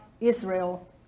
Israel